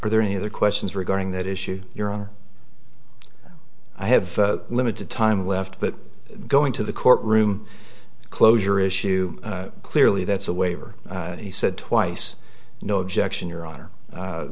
are there any other questions regarding that issue your honor i have limited time left but going to the court room closure issue clearly that's a waiver he said twice no objection your honor